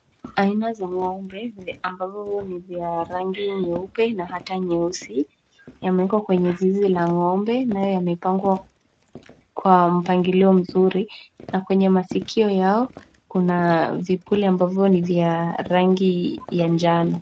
Aina za ng'ombe ambavyo ni vya rangi nyeupe na hata nyeusi yamewekwa kwenye zizi la ng'ombe nayo yamepangwa kwa mpangilio mzuri. Na kwenye masikio yao, kuna vipuli ambavyo ni vya rangi ya njano.